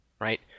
Right